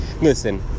Listen